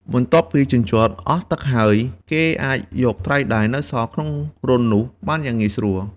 បន្ទាប់ពីជញ្ជាត់អស់ទឹកហើយ គេអាចយកត្រីដែលនៅសល់ក្នុងរន្ធនោះបានយ៉ាងងាយស្រួល។